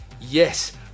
yes